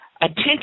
attention